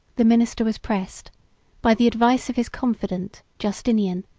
the minister was pressed by the advice of his confidant, justinian,